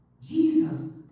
Jesus